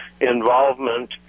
involvement